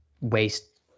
waste